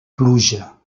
pluja